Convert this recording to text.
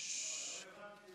שששש.